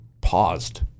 paused